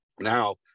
Now